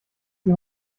sie